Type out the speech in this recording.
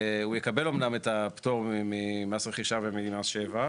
הוא יקבל אמנם את הפטור ממס רכישה וממס שבח,